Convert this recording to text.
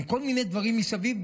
עם כל מיני דברים מסביב.